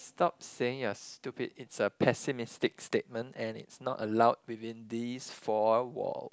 stop saying you're stupid it's a pessimistic statement and it's not allowed within these four walls